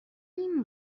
این